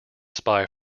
spy